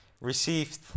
received